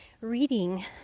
reading